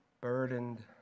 burdened